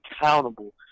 accountable